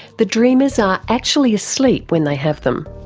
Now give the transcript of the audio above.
the dreamers are actually asleep when they have them.